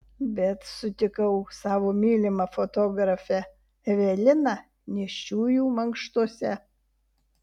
bet sutikau savo mylimą fotografę eveliną nėščiųjų mankštose